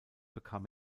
bekam